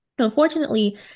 Unfortunately